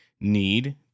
need